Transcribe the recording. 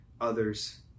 others